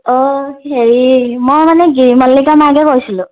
অঁ হেৰি মই মানে গিৰিমল্লিকাৰ মাকে কৈছিলোঁ